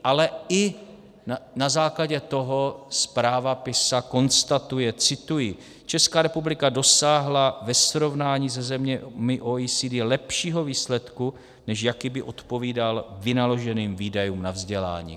Ale i na základě toho zpráva PISA konstatuje cituji: Česká republika dosáhla ve srovnání se zeměmi OECD lepšího výsledku, než jaký by odpovídal vynaloženým výdajů na vzdělání.